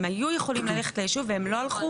הם היו יכולים ללכת ליישוב והם לא הלכו?